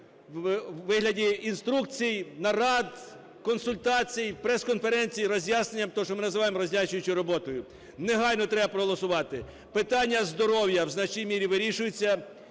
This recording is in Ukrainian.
у вигляді інструкцій, нарад, консультацій, прес-конференцій, роз'ясненням – те, що ми називаємо роз'яснюючою роботою. Негайно треба проголосувати. Питання здоров'я в значній мірі вирішується.